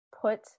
put